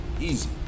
easy